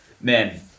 men